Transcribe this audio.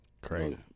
Crazy